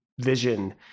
vision